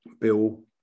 Bill